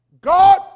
God